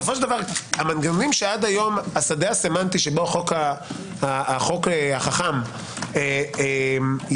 דבר המנגנונים שעד היום השדה הסמנטי שבו החוק החכ"ם יצר,